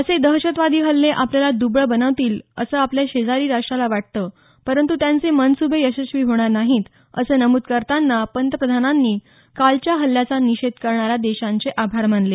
असे दहशतवादी हल्ले आपल्याला दुबळे बनवतील असं आपल्या शेजारी राष्ट्राला वाटतं परंतू त्यांचे मनसुबे यशस्वी होणार नाहीत असं नमूद करताना पंतप्रधानांनी कालच्या हल्ल्याचा निषेध करणाऱ्या देशांचे आभार मानले